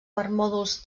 permòdols